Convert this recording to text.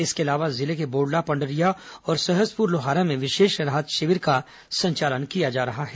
इसके अलावा जिले के बोड़ला पंडरिया और सहसपुर लोहारा में विशेष राहत शिविर का संचालन किया जा रहा है